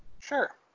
Sure